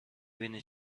بینی